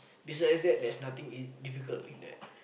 besides that there's nothing easy difficult in that